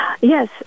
Yes